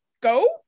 go